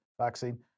vaccine